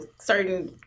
certain